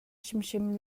hrimhrim